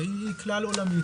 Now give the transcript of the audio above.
היא כלל עולמית,